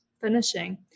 finishing